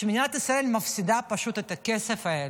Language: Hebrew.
מדינת ישראל פשוט מפסידה את הכסף הזה.